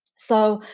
so